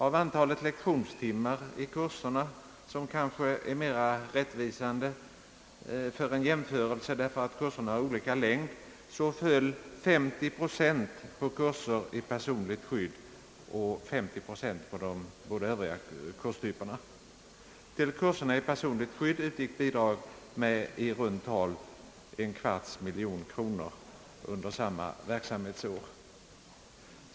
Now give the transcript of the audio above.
Av antalet lektionstimmar i kurserna, som kanske är mera rättvisande för en jämförelse därför att kurserna har olika längd, föll 50 procent på kurser i personligt skydd och 50 procent på de båda övriga kurstyperna. Till kurserna i personligt skydd utgick bidrag med i runt tal tre kvarts miljon kronor under samma verksamhetsår.